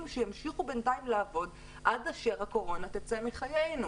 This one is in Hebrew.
שימשיכו בינתיים לעבוד עד אשר הקורונה תצא מחיינו.